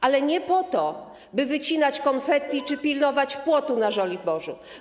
Ale nie po to, by wycinać konfetti czy pilnować płotu na Żoliborzu.